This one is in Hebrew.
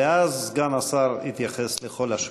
ואז סגן השר יתייחס לכל השואלים.